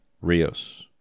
Rios